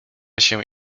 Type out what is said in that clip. się